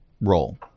roll